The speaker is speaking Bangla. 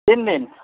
তিন দিন